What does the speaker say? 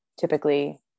typically